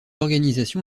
organisation